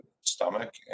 stomach